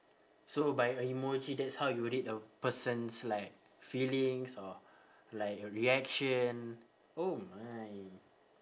so by a emoji that's how you read a person's like feelings or like a reaction oh my